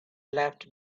left